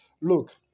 Look